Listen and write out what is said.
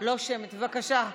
בבקשה,